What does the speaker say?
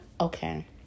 okay